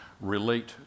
relate